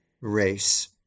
race